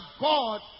God